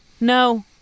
No